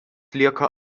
lieka